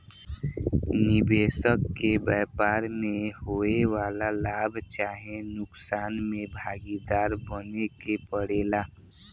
निबेसक के व्यापार में होए वाला लाभ चाहे नुकसान में भागीदार बने के परेला